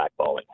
blackballing